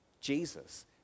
Jesus